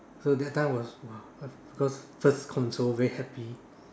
so that time was !wow! cause cause first console very happy